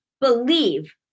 believe